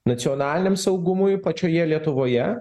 nacionaliniam saugumui pačioje lietuvoje